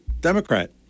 Democrat